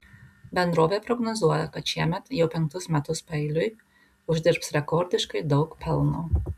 bendrovė prognozuoja kad šiemet jau penktus metus paeiliui uždirbs rekordiškai daug pelno